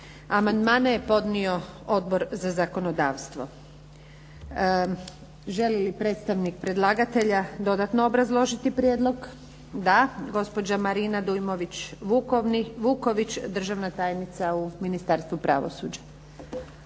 Amandmane je podnio Odbor za zakonodavstvo. Želi li predstavnik predlagatelja dodatno obrazložiti prijedlog? Da. Gospođa Marina Dujmović Vuković, državna tajnica Ministarstvu pravosuđa.